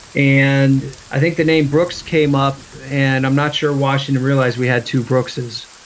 and i think the name brooks came up and i'm not sure washington realized we had to brooks's.